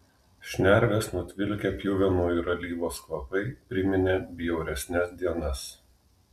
šnerves nutvilkę pjuvenų ir alyvos kvapai priminė bjauresnes dienas